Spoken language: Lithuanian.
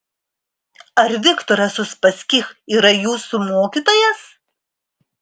ar viktoras uspaskich yra jūsų mokytojas